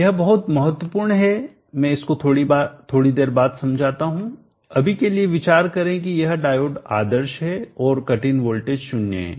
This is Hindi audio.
यह बहुत महत्वपूर्ण है मैं इसको थोड़ी देर बाद समझाता हूं अभी के लिए विचार करें कि यह डायोड आदर्श है और कट इन वोल्टेज 0 है